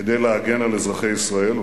כדי להגן על אזרחי ישראל,